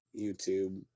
YouTube